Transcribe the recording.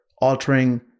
altering